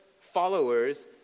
followers